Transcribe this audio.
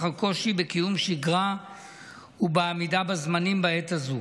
הקושי בקיום שגרה ובעמידה בזמנים בעת הזו.